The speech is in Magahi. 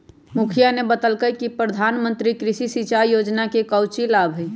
मुखिवा ने बतल कई कि प्रधानमंत्री कृषि सिंचाई योजना के काउची लाभ हई?